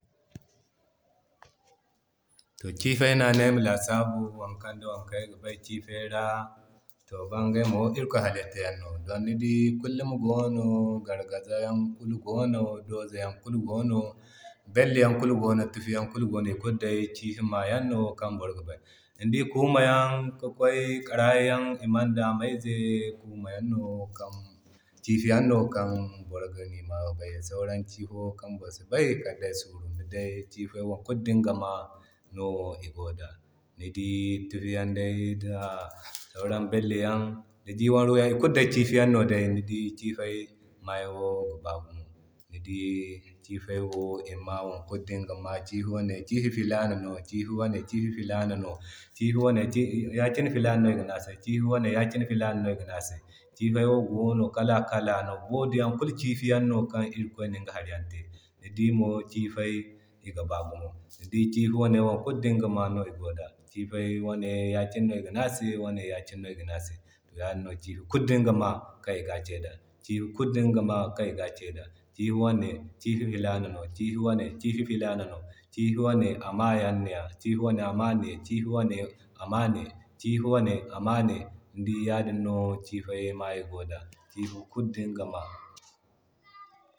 To kifey no ane ayma ci wokan ŋda wokan ayga bay. To ba iŋgay mo kulu irikoy halitta yan no, zama ni di kulum yaŋ gono gargaza yan gono dooza yaŋ kulu goono, bello yan kulu goono turji yan kulu goono, ikulu day kifi yano kan boro ga ni mayo bay. Sauran kifo kan boro si bay kal day suuru. Ni dii day kifey wok kulu dinga maayo no igoda. Ni dii tiriyanday da sauran bello yan ni dii day wo kulu daya kifi yan no. Ni dii kifey wo maayay ga baa gumo, ni dii kifey wo wokulu dinga mayay. Kifi wane kifi filana no, kifi wane kifi filana no, kifi wane yakine filana no iga ne a se, kifi wane yakine filana no iga ne a se. Kifey gono kala kala no modiyan kulu kifiyan no kan irikoy ninga hari Yan te. Ni dii mo kifay iga baa gumo, ni dii kifi wane Yan kulu dinga mayo kan iga Kee da. Kifi wane yakine no iga ne a se, kifi wane yakine no iga ne a se. Kifi kulu dinga maa kan iga ne a se. Kifi wane Amaa ne, kifi wane amane, kifi wane yakine no iga ne ase, kifi wane yakine no iga Kee da. Kifi wane ama ne, kifi wane amane, kifi wane amane. Ni dii yadin no kifey mayay gono da, kifi kulu dinga ma.